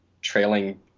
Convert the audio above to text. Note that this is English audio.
trailing